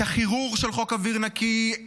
את החירור של חוק אוויר נקי,